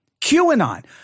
QAnon